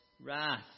wrath